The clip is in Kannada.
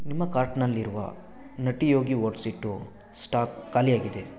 ನಿಮ್ಮ ಕಾರ್ಟ್ನಲ್ಲಿರುವ ನಟ್ಟಿ ಯೋಗಿ ಓಟ್ಸ್ ಹಿಟ್ಟು ಸ್ಟಾಕ್ ಖಾಲಿಯಾಗಿದೆ